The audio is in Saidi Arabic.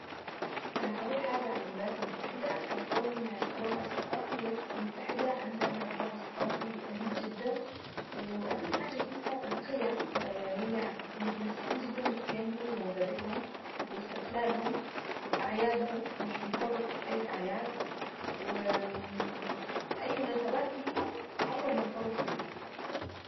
انا لو هقول حاجة عن الولايات المتحدة هيكون التنوع الثقافي للولايات المتحدة عندها تنوع ثقافي رهيب جدا واهم حاجة فيها هي القيم متمسكين جدا بقيمهم ومبادئهم واستقلالهم واعيادهم مش بيفرطوا في اي اعياد ومناسبات لهم عمرهم ما يفرطوا فيها.